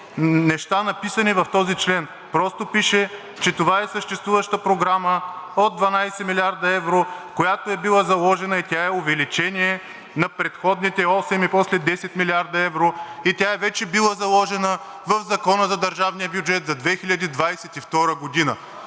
неща, написани в този член! Просто пише, че това е съществуваща програма от 12 млрд. евро, която е била заложена, и тя е увеличение на предходните 8 милиарда и после 10 млрд. евро, а и тя вече е била заложена в Закона за държавния бюджет за 2022 г.